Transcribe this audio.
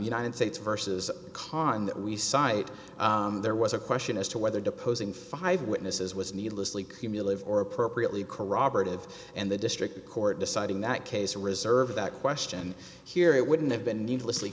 united states versus con that we cite there was a question as to whether deposing five witnesses was needlessly cumulative or appropriately corroborative and the district court deciding that case to reserve that question here it wouldn't have been needlessly